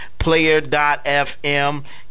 player.fm